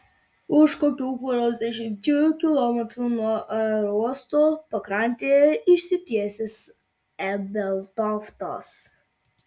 už kokių poros dešimčių kilometrų nuo aerouosto pakrantėje išsitiesęs ebeltoftas